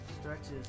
stretches